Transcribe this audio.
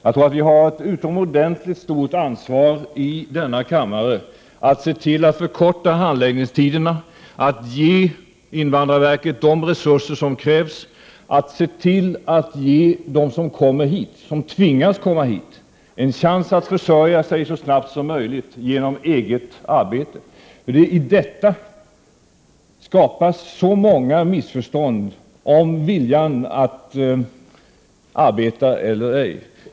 Jag tror att vi har ett utomordentligt stort ansvar i denna kammare att se till att handläggningstiderna förkortas, att invandrarverket får de resurser som krävs och att de som kommer hit, de som tvingas komma hit, ges en chans att försörja sig så snabbt som möjligt genom eget arbete. Härvidlag skapas många missförstånd då det gäller viljan att arbeta eller ej.